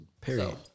Period